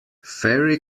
fairy